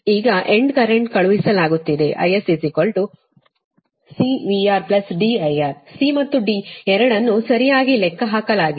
ಈಗ end current ಕಳುಹಿಸಲಾಗುತ್ತಿದೆ IS C VR D IR C ಮತ್ತು D ಎರಡನ್ನೂ ಸರಿಯಾಗಿ ಲೆಕ್ಕಹಾಕಲಾಗಿದೆ